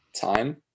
time